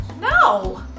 No